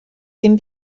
ddim